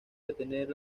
detener